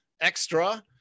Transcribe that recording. extra